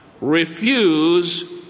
refuse